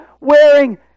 wearing